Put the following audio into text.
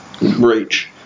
reach